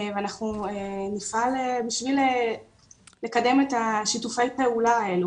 ואנחנו נפעל בשביל לקדם את השיתופי פעולה האלה.